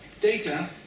data